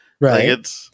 Right